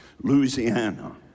Louisiana